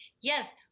Yes